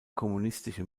kommunistische